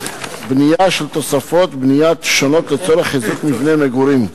בנייה של תוספות בנייה שונות לצורך חיזוק מבנה מגורים.